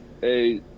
hey